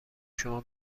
شما